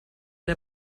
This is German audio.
der